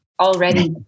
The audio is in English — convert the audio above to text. Already